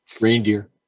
reindeer